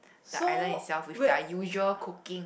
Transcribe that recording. the island itself with their usual cooking